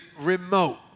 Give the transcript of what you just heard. remote